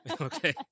Okay